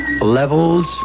levels